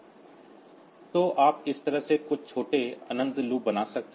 तो आप इस तरह से कुछ छोटे अनंत लूप बना सकते हैं